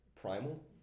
Primal